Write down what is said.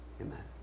Amen